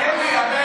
אלי, אני לא